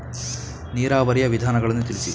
ನೀರಾವರಿಯ ವಿಧಾನಗಳನ್ನು ತಿಳಿಸಿ?